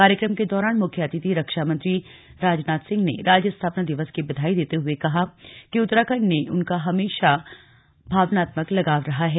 कार्यक्रम के दौरान मुख्य अतिथि रक्षा मंत्री राजनाथ सिंह ने राज्य स्थापना दिवस की बधाई देते हुए कहा कि उत्तराखण्ड से उनका हमेशा भावनात्मक लगाव रहा है